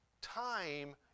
time